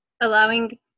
allowing